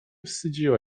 wstydziła